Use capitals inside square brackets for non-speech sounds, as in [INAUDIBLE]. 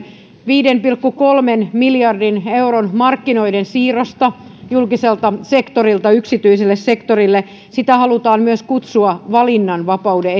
viiden pilkku kolmen miljardin euron markkinoiden siirrosta julkiselta sektorilta yksityiselle sektorille sitä halutaan myös kutsua valinnanvapauden [UNINTELLIGIBLE]